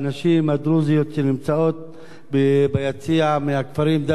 שנמצאות ביציע מהכפרים דאלית-אל-כרמל,